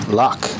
luck